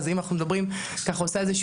אז אם אני עושה חיבור,